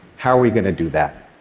how are we going to do that?